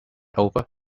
over